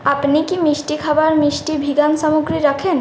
আপনি কি মিষ্টি খাবার মিষ্টি ভিগান সামগ্রী রাখেন